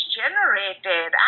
generated